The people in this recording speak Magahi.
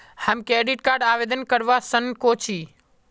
हम क्रेडिट कार्ड आवेदन करवा संकोची?